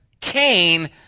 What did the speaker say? Cain